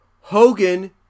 Hogan